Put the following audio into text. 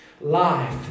life